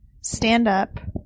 stand-up